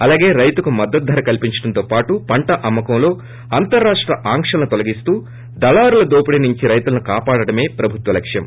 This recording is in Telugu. అలాగే రైతుకు మద్దతు ధర కల్పించడంతో పాటు పంట అమ్మకంలో అంతరాష్ట ఆంక్షలను తోలగిస్తూ దళారుల దోపిడీ నుంచి రైతులను కాపాడటమే ప్రభుత్వ లక్బం